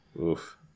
Oof